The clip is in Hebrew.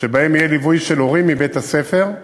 לליווי של הורים מבית-הספר,